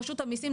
רשות המסים,